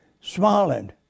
smiling